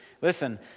listen